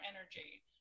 energy